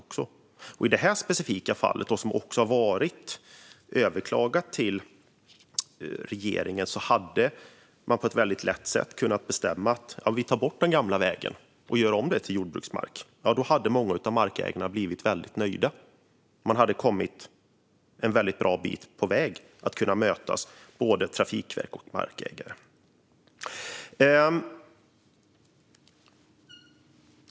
I det här specifika fallet, som också har överklagats till regeringen, hade man lätt kunnat bestämma att man tar bort den gamla vägen och gör om den till jordbruksmark. Då hade många av markägarna blivit väldigt nöjda, och man hade kommit en bra bit på vägen mot att Trafikverket och markägare möts.